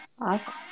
awesome